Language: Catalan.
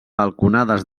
balconades